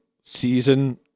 season